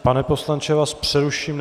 Pane poslanče, já vás přeruším.